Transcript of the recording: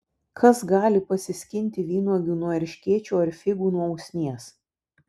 kas gali pasiskinti vynuogių nuo erškėčio ar figų nuo usnies